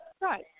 Right